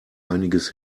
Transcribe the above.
einiges